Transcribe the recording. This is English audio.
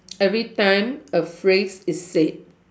every time a phrase is said